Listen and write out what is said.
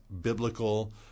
biblical